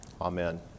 Amen